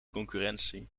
concurrentie